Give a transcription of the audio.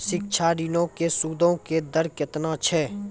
शिक्षा ऋणो के सूदो के दर केतना छै?